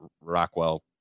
Rockwell